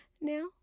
now